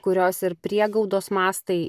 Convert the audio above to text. kurios ir priegaudos mastai